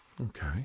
Okay